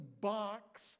box